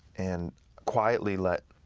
and quietly let